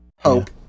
hope